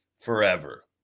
forever